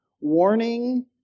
Warning